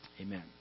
Amen